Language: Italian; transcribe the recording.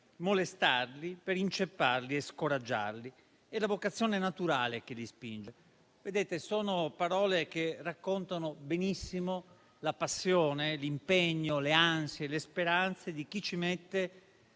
molestarli, per incepparli e scoraggiarli. È la vocazione naturale che li spinge. Sono parole che raccontano benissimo la passione, l'impegno, le ansie e le speranze di chi nel